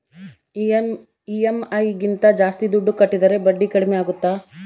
EMI ಗಿಂತ ಜಾಸ್ತಿ ದುಡ್ಡು ಕಟ್ಟಿದರೆ ಬಡ್ಡಿ ಕಡಿಮೆ ಆಗುತ್ತಾ?